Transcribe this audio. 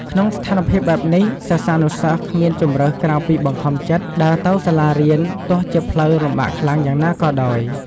ក្នុងស្ថានភាពបែបនេះ សិស្សានុសិស្សគ្មានជម្រើសក្រៅពីបង្ខំចិត្តដើរទៅសាលារៀនទោះជាផ្លូវលំបាកខ្លាំងយ៉ាងណាក៏ដោយ។